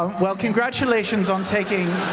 well, congratulations on taking